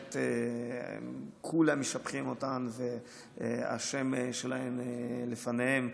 כולם משבחים אותן, השם שלהן הולך לפניהן.